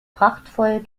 prachtvoll